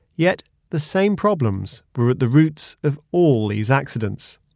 yet the same problems were the roots of all these accidents.